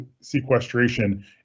sequestration